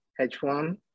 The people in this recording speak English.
H1